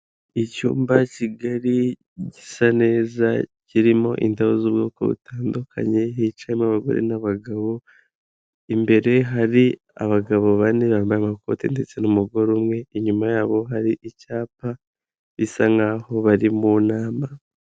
Icyumba kigari gisa neza kirimo indabo z'ubwoko butandukanye, hicayemo abagore n'abagabo, imbere hari abagabo bane bambaye amakoti ndetse n'umugore umwe, inyuma yabo hari icyapa bisa nk'aho bari mu nama.